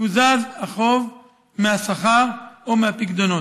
מקוזז החוב מהשכר או מהפיקדונות.